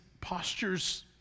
postures